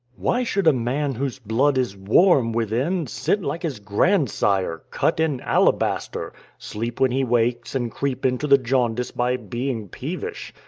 why should a man whose blood is warm within sit like his grandsire cut in alabaster, sleep when he wakes, and creep into the jaundice by being peevish?